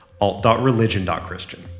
alt.religion.christian